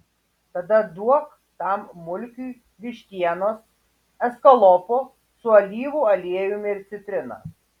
tada duok tam mulkiui vištienos eskalopo su alyvų aliejumi ir citrina